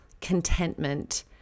contentment